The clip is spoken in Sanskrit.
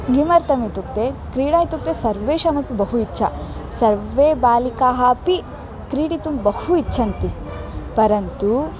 किमर्थम् इत्युक्ते क्रीडा इत्युक्ते सर्वेषामपि बहु इच्छा सर्वे बालिकाः अपि क्रीडितुं बहु इच्छन्ति परन्तु